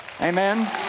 Amen